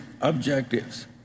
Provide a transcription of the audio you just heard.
objectives